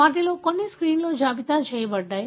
వాటిలో కొన్ని స్క్రీన్లో జాబితా చేయబడ్డాయి